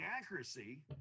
accuracy